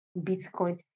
Bitcoin